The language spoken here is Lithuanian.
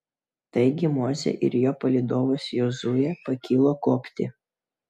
taigi mozė ir jo palydovas jozuė pakilo kopti